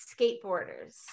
skateboarders